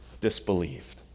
disbelieved